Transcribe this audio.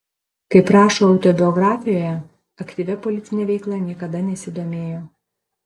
kaip rašo autobiografijoje aktyvia politine veikla niekada nesidomėjo